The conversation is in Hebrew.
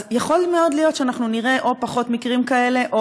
אז יכול מאוד להיות שנראה פחות מקרים כאלה,